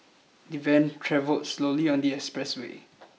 the van travel slowly on the expressway